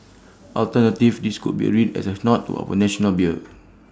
alternatively this could be read as A nod to our national beer